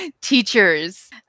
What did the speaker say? Teachers